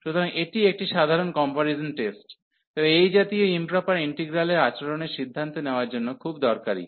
সুতরাং এটি একটি সাধারণ কম্পারিজন টেস্ট তবে এই জাতীয় ইম্প্রপার ইন্টিগ্রালের আচরণের সিদ্ধান্ত নেওয়ার জন্য খুব দরকারী